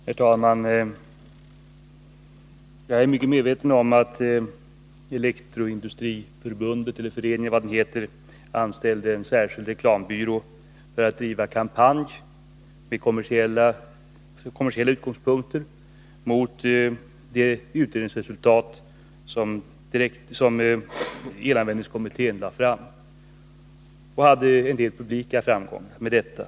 Herr talman! Jag är mycket väl medveten om att Elektroindustriföreningen anställde en särskild reklambyrå för att bedriva en kampanj från kommersiella utgångspunkter mot det utredningsresultat som elanvändningskommittén lade fram och hade en del publika framgångar med detta.